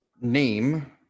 Name